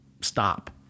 stop